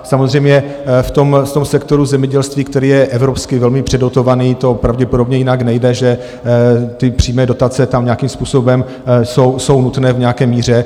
Samozřejmě v tom sektoru zemědělství, který je evropsky velmi předotovaný, to pravděpodobně jinak nejde, že ty přímé dotace tam nějakým způsobem jsou nutné v nějaké míře.